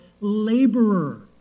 laborer